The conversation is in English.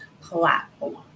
platform